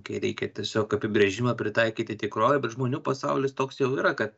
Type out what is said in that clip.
kai reikia tiesiog apibrėžimą pritaikyti tikrovėj bet žmonių pasaulis toks jau yra kad